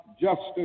justice